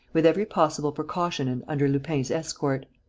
with every possible precaution and under lupin's escort.